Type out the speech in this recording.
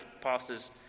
pastors